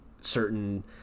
certain